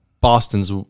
Boston's